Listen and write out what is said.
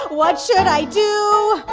what should i do?